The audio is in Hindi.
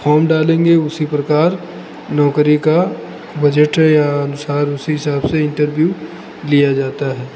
फॉर्म डालेंगे उसी प्रकार नौकरी का बजट या अनुसार उसी हिसाब से इंटरव्यू लिया जाता है